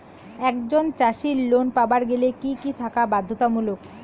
একজন চাষীর লোন পাবার গেলে কি কি থাকা বাধ্যতামূলক?